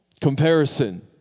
Comparison